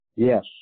Yes